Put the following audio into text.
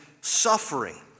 suffering